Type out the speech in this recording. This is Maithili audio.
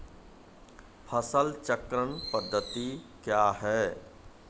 फसल चक्रण पद्धति क्या हैं?